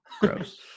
Gross